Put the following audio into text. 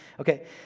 Okay